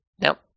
No